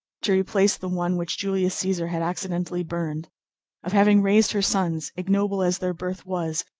to replace the one which julius caesar had accidentally burned of having raised her sons, ignoble as their birth was,